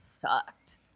sucked